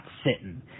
sitting